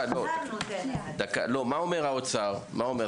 מה שהאוצר אומר,